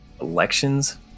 elections